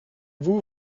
vous